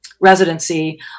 residency